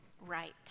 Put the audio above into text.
right